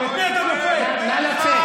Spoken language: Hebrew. נא לצאת.